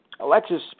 Alexis